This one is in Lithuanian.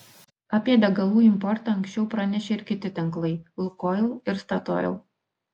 apie degalų importą anksčiau pranešė ir kiti tinklai lukoil ir statoil